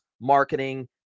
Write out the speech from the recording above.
marketing